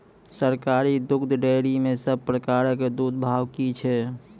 सरकारी दुग्धक डेयरी मे सब प्रकारक दूधक भाव की छै?